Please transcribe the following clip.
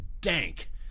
dank